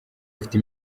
afite